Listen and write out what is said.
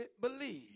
believe